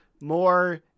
More